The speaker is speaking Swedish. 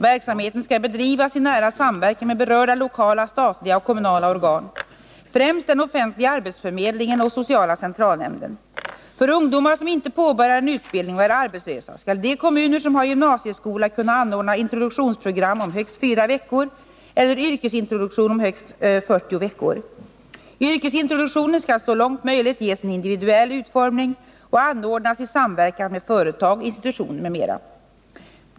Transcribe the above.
Verksamheten skall bedrivas i nära samverkan med berörda lokala statliga och kommunala organ, främst den offentliga arbetsförmedlingen och sociala centralnämnden. För ungdomar som inte påbörjar en utbildning och är arbetslösa skall de kommuner som har gymnasieskola kunna anordna introduktionsprogram om högst fyra veckor eller yrkesintroduktion om högst 40 veckor. Yrkesintroduktionen skall så långt möjligt ges en individuell utformning och anordnas i samverkan med företag, institutioner m.m.